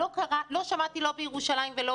אבל פשוט לא שמעתי על זה בירושלים ובאפרת,